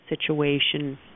situation